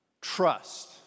trust